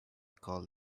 call